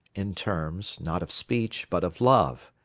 in terms, not of speech, but of love.